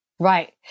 Right